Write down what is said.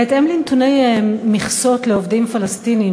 בהתאם לנתוני מכסות לעובדים פלסטינים